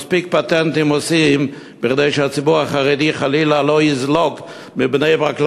מספיק פטנטים עושים כדי שהציבור החרדי חלילה לא יזלוג מבני-ברק לרמת-גן.